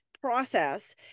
process